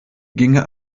ginge